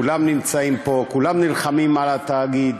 כולם נמצאים פה, כולם נלחמים על התאגיד.